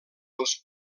dels